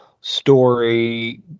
story